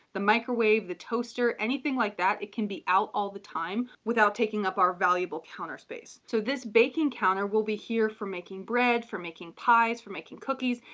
the microwave, the toaster, anything like that, it can be out all the time without taking up our valuable counter space. so this baking counter will be here for making bread, for making pies, for making cookies.